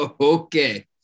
Okay